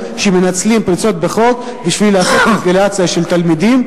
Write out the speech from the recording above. שמנצלים פרצות בחוק בשביל לעשות רגולציה של תלמידים,